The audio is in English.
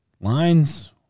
Lines